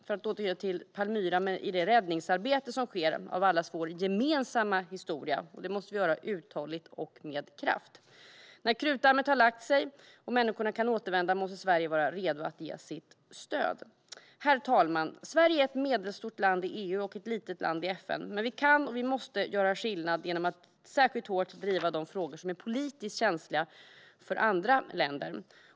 För att återgå till Palmyra måste vi också delta i arbetet för att rädda allas vår gemensamma historia, och det måste vi göra uthålligt och med kraft. När krutdammet har lagt sig och människorna kan återvända måste Sverige vara redo att ge sitt stöd. Herr talman! Sverige är ett medelstort land i EU och ett litet land i FN, men vi kan och måste göra skillnad genom att särskilt hårt driva de frågor som är politiskt känsliga för andra länder.